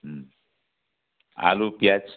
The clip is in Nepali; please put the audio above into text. आलु प्याज